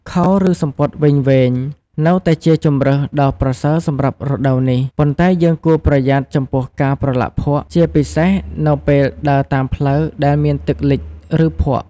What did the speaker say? ខោ ឬសំពត់វែងៗ នៅតែជាជម្រើសដ៏ប្រសើរសម្រាប់រដូវនេះ ប៉ុន្តែយើងគួរប្រយ័ត្នចំពោះការប្រឡាក់ភក់ ជាពិសេសនៅពេលដើរតាមផ្លូវដែលមានទឹកលិច ឬភក់។